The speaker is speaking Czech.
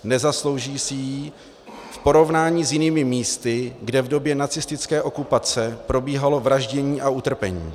Nezaslouží si ji v porovnání s jinými místy, kde v době nacistické okupace probíhalo vraždění a utrpení.